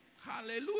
hallelujah